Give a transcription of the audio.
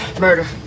Murder